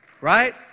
right